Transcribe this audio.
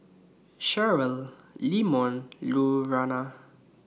Cheryl Leamon Lurana